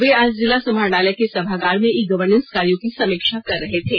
वे आज जिला समाहरणालय के सभागार में ई गवर्नेस कार्यो की समीक्षा कर रहे थे